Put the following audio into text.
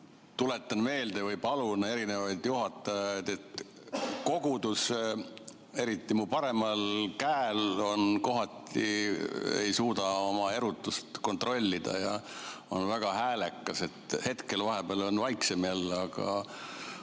tuletan meelde ja palun erinevaid juhatajaid, aga kogudus, eriti minu paremal käel, kohati ei suuda oma erutust kontrollida ja on väga häälekas. Vahepeal on vaiksem jälle, aga